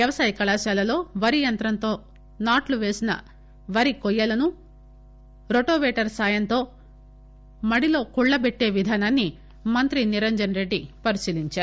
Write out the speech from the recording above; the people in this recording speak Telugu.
వ్యవసాయ కళాశాలలో వరి యంత్రంతో నాట్లుపేసిన వరి కొయ్యలను రొటోపేటర్ సాయంతో మడిలో కుళ్లబెట్టే విధానాన్ని మంత్రి నిరంజన్ రెడ్డి పరిశీలించారు